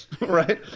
right